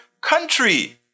country